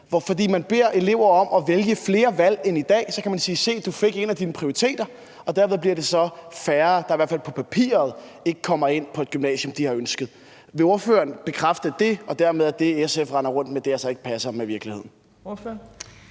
fordi man beder elever om at foretage flere valg end i dag, og så kan man sige: Se, du fik en af dine prioriteter? Derved bliver det så færre, der i hvert fald på papiret ikke kommer ind på et gymnasium, de har ønsket. Vil ordføreren bekræfte det og dermed, at det, SF render rundt med, altså ikke passer med virkeligheden?